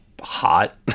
hot